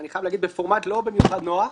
אני חייב להגיד שבפורמט לא במיוחד נוח,